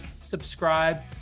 subscribe